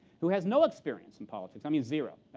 who has no experience in politics, i mean zero,